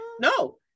No